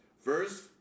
first